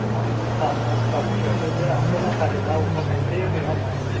आरो बे फिसा फिसा फिसा फिसौआवथ' आथोना सारेना अबा थाइसे नङा होमब्ला